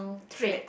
trait